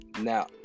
now